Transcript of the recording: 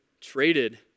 traded